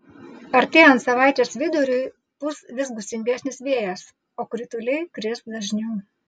artėjant savaitės viduriui pūs vis gūsingesnis vėjas o krituliai kris dažniau